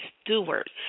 Stewart